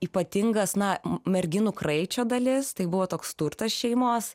ypatingas na merginų kraičio dalies tai buvo toks turtas šeimos